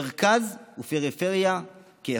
מרכז ופריפריה כאחד.